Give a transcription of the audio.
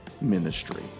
ministry